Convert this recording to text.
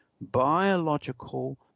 biological